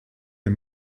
ein